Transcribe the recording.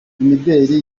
imideli